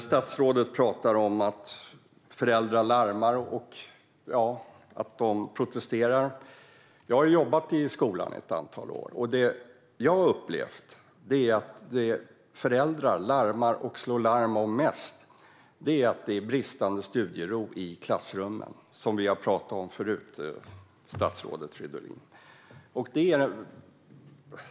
Statsrådet talar om att föräldrar slår larm och protesterar. Jag har jobbat i skolan i ett antal år. Det jag har upplevt att föräldrar mest slår larm om är bristande studiero i klassrummen. Det har vi ju talat om förut, statsrådet Fridolin.